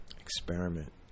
experiment